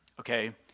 Okay